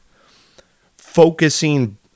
focusing